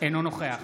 אינו נוכח